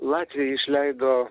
latviai išleido